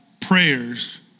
prayers